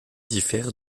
diffère